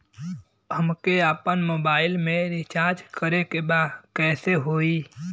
हमके आपन मोबाइल मे रिचार्ज करे के बा कैसे होई?